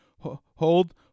hold